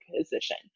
position